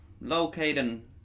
locating